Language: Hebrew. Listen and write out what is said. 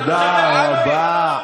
תודה רבה.